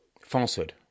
Falsehood